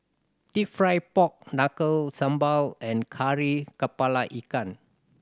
Deep Fried Pork Knuckle sambal and Kari Kepala Ikan